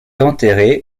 enterrée